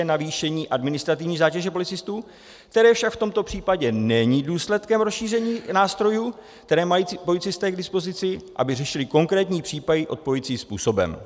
navýšení administrativní zátěže policistů, které však v tomto případě není důsledkem rozšíření nástrojů, které mají policisté k dispozici, aby řešili konkrétní případy odpovídajícím způsobem.